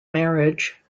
marriage